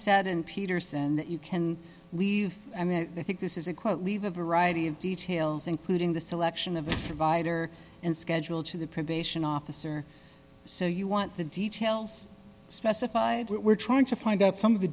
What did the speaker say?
said in peterson that you can leave and i think this is a quote leave a variety of details including the selection of provider and schedule to the probation officer so you want the details specified were trying to find out some of the